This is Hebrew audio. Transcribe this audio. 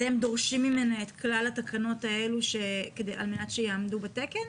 אתם דורשים ממנה את כלל התקנות האלה על מנת שיעמדו בתקן?